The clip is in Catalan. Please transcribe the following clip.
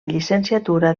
llicenciatura